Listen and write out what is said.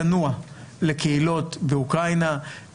צנוע לקהילות באוקראינה,